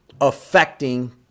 affecting